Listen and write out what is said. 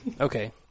Okay